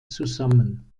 zusammen